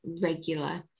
regular